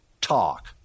talk